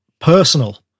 personal